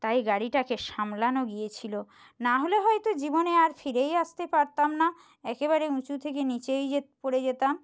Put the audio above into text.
তাই গাড়িটাকে সামলানো গিয়েছিলো নাহলে হয়তো জীবনে আর ফিরেই আসতে পারতাম না একেবারে উঁচু থেকে নিচেই যে পড়ে যেতাম